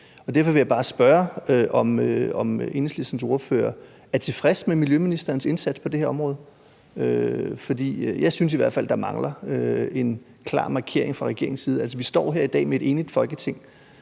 Derfor vil jeg bare spørge, om Enhedslistens ordfører er tilfreds med miljøministerens indsats på det her område, for jeg synes i hvert fald, der mangler en klar markering fra regeringens side. Vi står her i dag med et enigt Folketing,